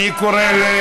אני מסכם.